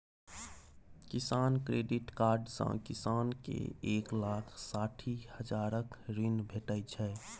किसान credit card सँ किसान केँ एक लाख साठि हजारक ऋण भेटै छै